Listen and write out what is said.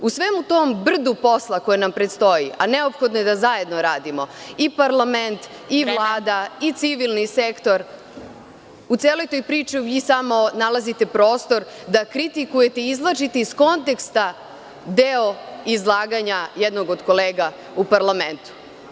U svom tom brdu posla koji nam predstoji, a neophodno je da zajedno radimo, i parlament, i Vlada i civilni sektor, u celoj toj priči vi samo nalazite prostor da kritikujete i izvlačite iz konteksta deo izlaganja jednog od kolega u parlamentu.